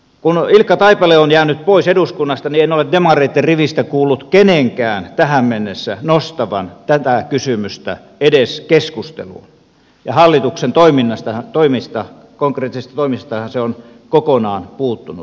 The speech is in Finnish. kun ilkka taipale on jäänyt pois eduskunnasta niin en ole demareitten rivistä kuullut kenenkään tähän mennessä nostavan tätä kysymystä edes keskusteluun ja hallituksen konkreettisista toimistahan se on kokonaan puuttunut